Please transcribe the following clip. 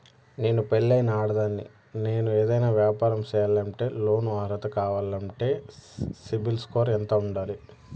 నేను పెళ్ళైన ఆడదాన్ని, నేను ఏదైనా వ్యాపారం సేయాలంటే లోను అర్హత కావాలంటే సిబిల్ స్కోరు ఎంత ఉండాలి?